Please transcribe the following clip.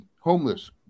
homeless